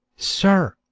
sir,